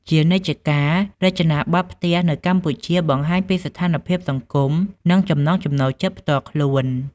ជានិច្ចជាកាល រចនាបថផ្ទះនៅកម្ពុជា បង្ហាញពីស្ថានភាពសង្គម និងចំណង់ចំណូលចិត្តផ្ទាល់ខ្លួន។